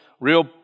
real